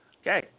Okay